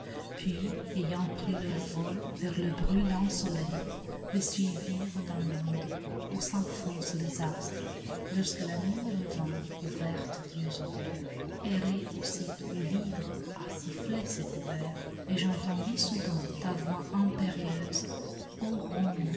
puis ayant pris leur vol vers le brûlant soleil les suivirent dans l'onde où s'enfoncent les astres lorsque la nuit revint couverte d'yeux ouverts errer au site où l'hydre a sifflé cet hiver et j'entendis soudain ta voix impérieuse